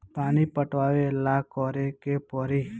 पानी पटावेला का करे के परी?